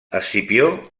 escipió